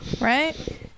Right